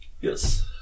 Yes